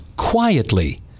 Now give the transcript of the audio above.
Quietly